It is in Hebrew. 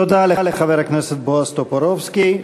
תודה לחבר הכנסת בועז טופורובסקי.